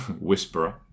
whisperer